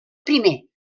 primer